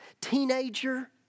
teenager